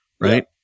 Right